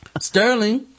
Sterling